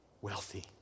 Wealthy